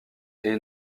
est